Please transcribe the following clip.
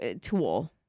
tool